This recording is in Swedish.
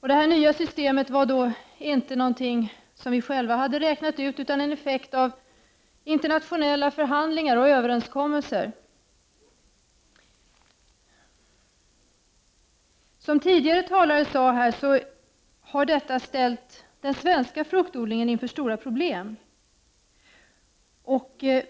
Det nya systemet var inte någonting som vi själva hade räknat ut här i Sverige, utan det var en effekt av internationella förhandlingar och överenskommelser. Som tidigare talare har sagt, har detta ställt den svenska fruktodlingen inför stora problem.